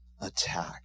attack